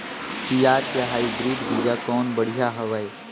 पियाज के हाईब्रिड बीजा कौन बढ़िया हवय?